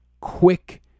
quick